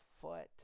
foot